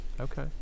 Okay